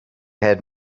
had